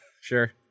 sure